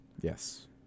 Yes